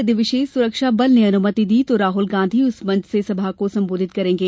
यदि विशेष सुरक्षा बल ने अनुमति दी तो राहुल गांधी उस मंच से सभा को संबोधित करेंगे